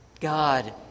God